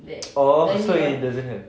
orh so he doesn't have